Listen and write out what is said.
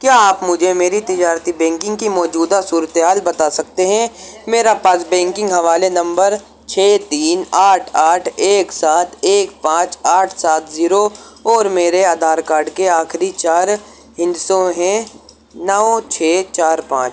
کیا آپ مجھے میری تجارتی بینکنگ کی موجودہ صورت حال بتا سکتے ہیں میرا پاس بینکنگ حوالے نمبر چھ تین آٹھ آٹھ ایک سات ایک پانچ آٹھ سات زیرو اور میرے آدھار کارڈ کے آخری چار ہندسوں ہیں نو چھ چار پانچ